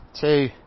two